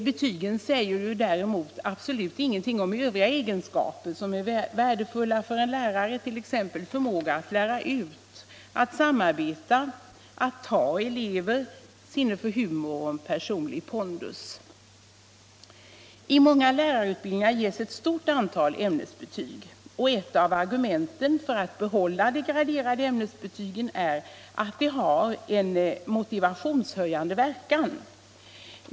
Betygen säger däremot absolut ingenting om övriga egenskaper som är värdefulla för en lärare, t.ex. förmågan att lära ut, att samarbeta, att ”ta” elever, om sinne för humor och personlig pondus. I många lärarutbildningar ges ett stort antal ämnesbetyg, och ett av argumenten för att behålla de graderade ämnesbetygen är att de har en motivationshöjande verkan.